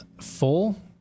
full